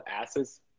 asses